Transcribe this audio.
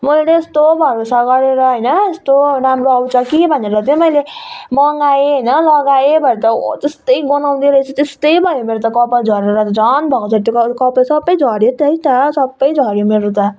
मैले त यस्तो भरोसा गरेर होइन यस्तो राम्रो आउँछ कि भनेर चाहिँ मैले मगाएँ झन् लगाएँ भरे त जस्तै गनाउने रहेछ त्यस्तै भयो मेरो मेरो त कपाल झरेर त झन् भएको जतिको कपाल सबै झर्यो त्यही त सबै झर्यो मेरो त